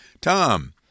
Tom